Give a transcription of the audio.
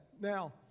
Now